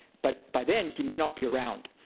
but by then he may not be around.